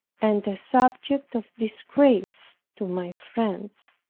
and a subject of disgrace to my friends.